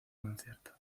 concierto